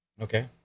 Okay